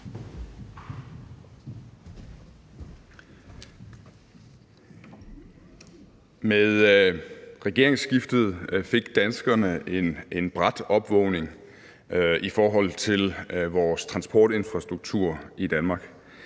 Med regeringsskiftet fik danskerne en brat opvågning i forhold til vores transportinfrastruktur i Danmark.